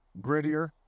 grittier